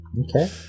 Okay